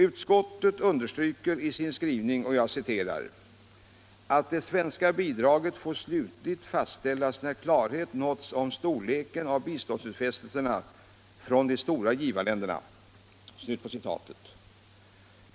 Utskottet understryker i sin skrivning att det "svenska bidraget får slutligt fastställas när klarhet nåtts om storleken av bidragsutfästelserna från de stora givarländerna”.